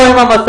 באו עם המשאיות,